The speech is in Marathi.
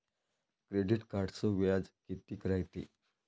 क्रेडिट कार्डचं व्याज कितीक रायते?